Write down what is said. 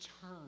turn